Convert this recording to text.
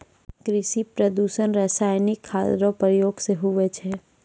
कृषि प्रदूषण रसायनिक खाद रो प्रयोग से हुवै छै